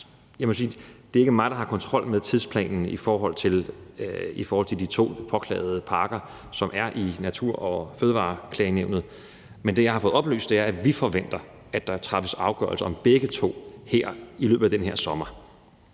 er – og det er ikke mig, der har kontrol med tidsplanen i forhold til de to påklagede pakker, som er i Miljø- og Fødevareklagenævnet – at vi forventer, at der træffes afgørelse om begge to her i løbet af den her sommer.